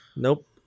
Nope